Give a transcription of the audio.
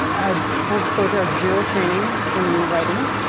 ah full disclosure, i have zero training in writing.